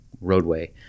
roadway